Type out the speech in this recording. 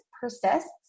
persists